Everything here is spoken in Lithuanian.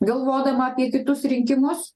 galvodama apie kitus rinkimus